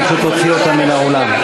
אני פשוט אוציא אותה מן האולם.